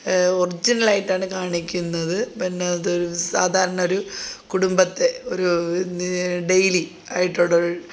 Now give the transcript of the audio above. ഒറിജിനലായിട്ടാണ് കാണിക്കുന്നത് പിന്നെ അതൊരു സാധാരണ ഒരു കുടുംബത്തെ ഒരു ഡെയ്ലി ആയിട്ടുള്ളൊരു